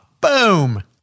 Boom